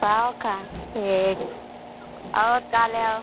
पाव का ठीक और का लेओ